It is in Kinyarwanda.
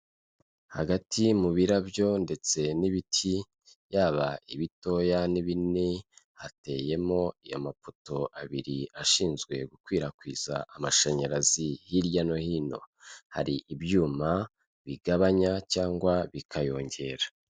Hagati mu birabyo ndetse n'ibiti yaba ibitoya n'ibinini, hateyemo amapoto abiri ashinzwe gukwirakwiza amashanyarazi hirya no hino, hari ibyuma bigabanya cyangwa bikayongera.